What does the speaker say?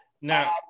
Now